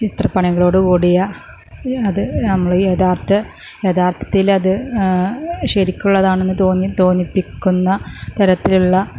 ചിത്രപ്പണികളോടു കൂടിയ അത് നമ്മളെ യഥാർത്ഥത്തിൽ അത് ശരിക്കുള്ളതാണെന്ന് തോന്നിപ്പിക്കുന്ന തരത്തിലുള്ള